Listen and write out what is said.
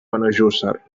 benejússer